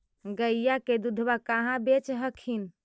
गईया के दूधबा कहा बेच हखिन?